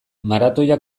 maratoia